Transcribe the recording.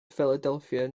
philadelphia